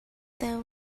there